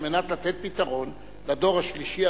כדי לתת פתרון לדור השלישי,